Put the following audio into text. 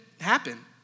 happen